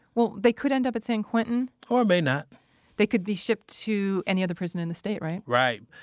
well, they could end up at san quentin or may not they could be shipped to any other prison in the state, right? right.